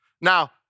Now